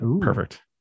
perfect